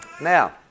Now